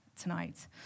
tonight